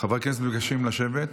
חברי הכנסת מתבקשים לשבת.